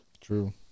true